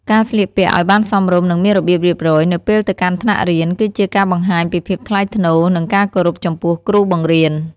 ការ ស្លៀកពាក់ឱ្យបានសមរម្យ និងមានរបៀបរៀបរយ នៅពេលទៅកាន់ថ្នាក់រៀន គឺជាការបង្ហាញពីភាពថ្លៃថ្នូរ និងការគោរពចំពោះគ្រូបង្រៀន។